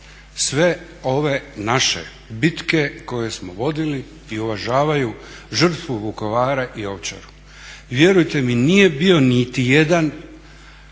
sve ove naše bitke koje smo vodili i uvažavaju žrtvu Vukovara i Ovčaru. Vjerujte mi nije bio niti jedan